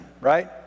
right